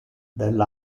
del